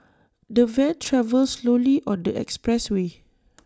the van travelled slowly on the expressway